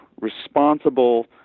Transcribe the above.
responsible